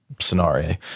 scenario